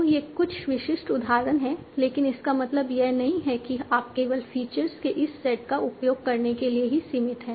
तो ये कुछ विशिष्ट उदाहरण हैं लेकिन इसका मतलब यह नहीं है कि आप केवल फीचर्स के इस सेट का उपयोग करने के लिए सीमित हैं